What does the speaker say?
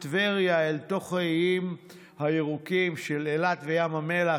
גם את טבריה אל תוך האיים הירוקים עם אילת וים המלח.